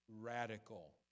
radical